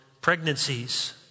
pregnancies